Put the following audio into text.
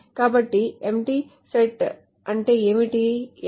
కాబట్టి ఖాళీ సెట్ అంటే ఏమిటి ఎలా